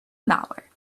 malware